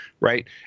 right